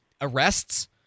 arrests